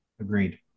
Agreed